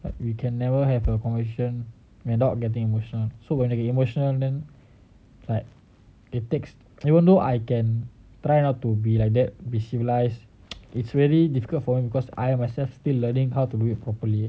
but we can never have a conversion without getting emotional so when you get emotional then it takes even though I can try not to be like that be civilized it's really difficult for me because I myself still learning how to do it properly